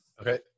Okay